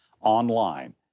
online